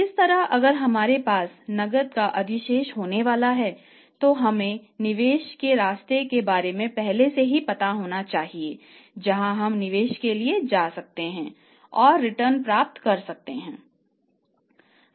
इसी तरह अगर हमारे पास नकदी का अधिशेष होने वाला है तो हमें निवेश के रास्ते के बारे में पहले से पता होना चाहिए जहां हम निवेश के लिए जा सकते हैं रिटर्न प्राप्त कर सकते हैं